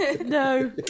no